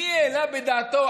מי העלה בדעתו,